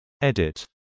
Edit